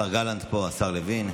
השר גלנט פה, השר לוין.